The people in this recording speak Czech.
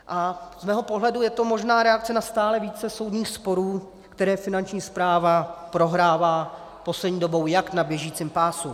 A z mého pohledu je to možná reakce na stále více soudních sporů, které Finanční správa prohrává poslední dobou jak na běžícím pásu.